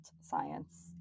science